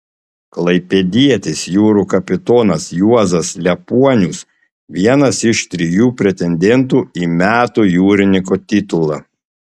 klaipėdietis jūrų kapitonas juozas liepuonius vienas iš trijų pretendentų į metų jūrininko titulą